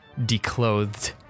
declothed